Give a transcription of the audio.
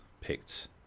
picked